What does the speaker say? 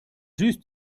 juste